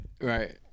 Right